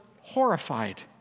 horrified